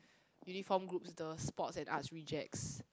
uniform groups the sports and arts rejects